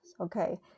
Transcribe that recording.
Okay